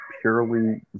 purely